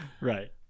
right